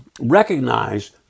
recognize